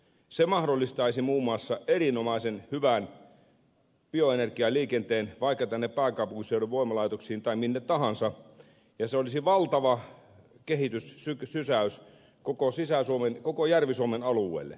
se mahdollistaisi muun muassa erinomaisen hyvän bioenergialiikenteen vaikka tänne pääkaupunkiseudun voimalaitoksiin tai minne tahansa ja se olisi valtava kehityssysäys koko järvi suomen alueelle